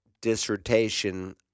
dissertation